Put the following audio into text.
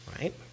Right